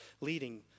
leading